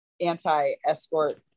anti-escort